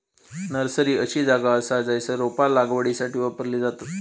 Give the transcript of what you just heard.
nursery अशी जागा असा जयसर रोपा लागवडीसाठी वापरली जातत